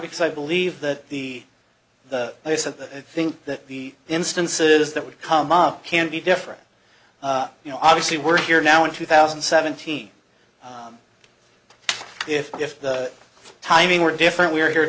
because i believe that the they said i think that the instances that would come up can be different you know obviously we're here now in two thousand and seventeen if if the timing were different we're here